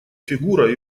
фигура